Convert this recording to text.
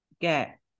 get